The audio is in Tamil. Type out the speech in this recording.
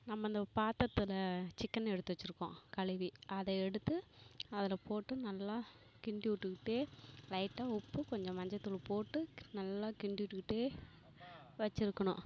நம்ம அந்த பாத்திரத்தில் சிக்கென எடுத்து வச்சிருக்கோம் கழுவி அதை எடுத்து அதில் போட்டு நல்லா கிண்டிவிட்டுக்கிட்டே லைட்டாக உப்பு கொஞ்சம் மஞ்சத்தூளு போட்டு நல்லா கிண்டுவிட்டுக்கிட்டே வச்சிருக்கணும்